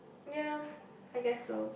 ya I guess so